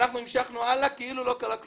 שאנחנו המשכנו הלאה כאילו לא קרה כלום.